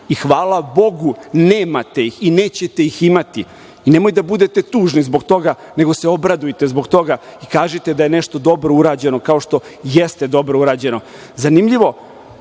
i hvala Bogu nemate ih i nećete ih imati. Nemojte da budete tužni zbog toga, nego se obradujte zbog toga i kažite da je nešto dobro urađeno, kao što jeste dobro urađeno. Zanimljivo,